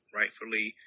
rightfully